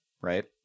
right